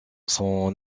sont